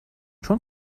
چون